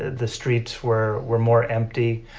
the streets were were more empty.